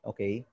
Okay